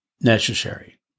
necessary